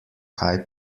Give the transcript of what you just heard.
kaj